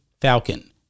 Falcon